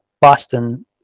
Boston